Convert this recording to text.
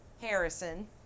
Harrison